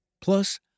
Plus